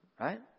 Right